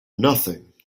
nothing